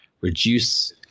reduce